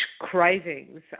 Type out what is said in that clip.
cravings